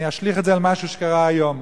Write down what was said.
אני אשליך את זה על משהו שקרה היום: